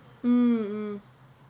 mm mm